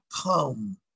come